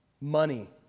money